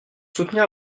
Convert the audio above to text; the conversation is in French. soutenir